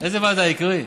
איזו ועדה, יקירי?